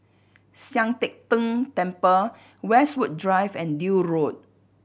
Sian Teck Tng Temple Westwood Drive and Deal Road